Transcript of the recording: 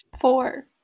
Four